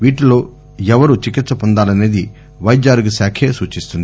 వీటిల్లో ఎవరు చికిత్స పొందాలనేది పైద్యఆరోగ్యశాఖే సూచిస్తుంది